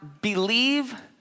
believe